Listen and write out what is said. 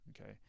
okay